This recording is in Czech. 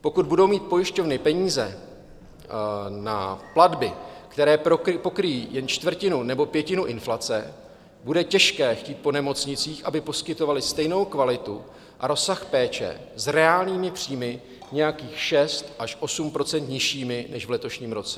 Pokud budou mít pojišťovny peníze na platby, které pokryjí jen čtvrtinu nebo pětinu inflace, bude těžké chtít po nemocnicích, aby poskytovaly stejnou kvalitu a rozsah péče s reálnými příjmy nějakých 6 až 8 % nižšími než v letošním roce.